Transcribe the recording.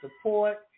support